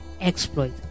exploit